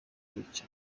kwica